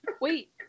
wait